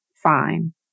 fine